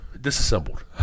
Disassembled